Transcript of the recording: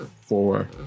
four